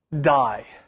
die